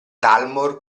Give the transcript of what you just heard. dalmor